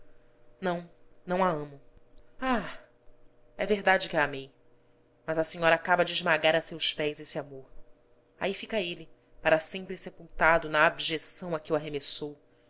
não não a amo ah é verdade que a amei mas a senhora acaba de esmagar a seus pés esse amor aí fica ele para sempre sepultado na abjeção a que o arremessou